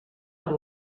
per